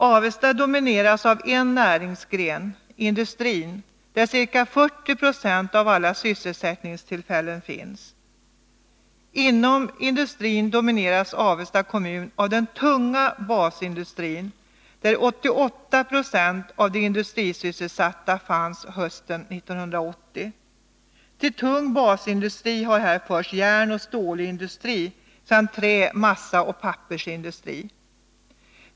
Avesta domineras av en näringsgren, industrin, där ca 40 20 av alla sysselsättningstillfällen finns. z Inom industrin domineras Avesta kommun av den tunga basindustrin, där 88 20 av de industrisysselsatta fanns hösten 1980. Till tung basindustri har här förts järnoch stålindustri samt trä-, massaoch pappersindustri.